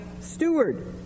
steward